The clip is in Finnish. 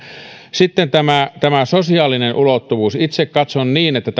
sitten tämä tämä sosiaalinen ulottuvuus itse katson että